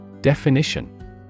Definition